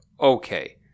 okay